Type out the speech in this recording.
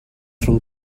rhwng